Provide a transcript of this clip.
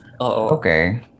Okay